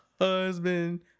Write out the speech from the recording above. husband